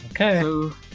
Okay